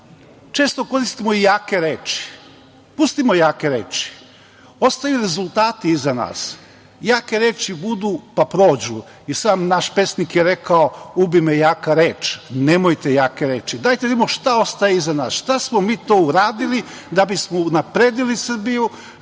često koristimo i jake reči. Pustimo jake reči. Ostaju rezultati iza nas. Jake reči budu pa prođu. I sam naš pesnik je rekao – Ubi me jaka reč. Nemojte jake reči. Dajte da vidimo šta ostaje iza nas, šta smo mi to uradili da bismo unapredili Srbiju,